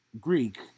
Greek